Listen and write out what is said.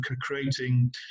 creating